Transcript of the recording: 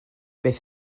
beth